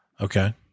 okay